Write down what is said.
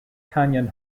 canyon